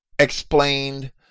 explained